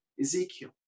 ezekiel